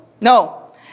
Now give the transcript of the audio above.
No